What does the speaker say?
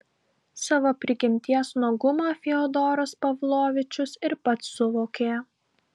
savo prigimties nuogumą fiodoras pavlovičius ir pats suvokė